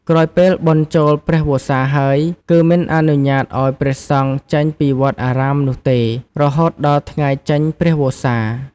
ក្រោយពេលបុណ្យចូលព្រះវស្សាហើយ គឺមិនអនុញ្ញាតិឪ្យព្រះសង្ឃចេញពីវត្តអារាមនោះទេរហូតដល់ថ្ងៃចេញព្រះវស្សា ។